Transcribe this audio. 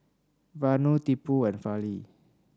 Vanu Tipu and Fali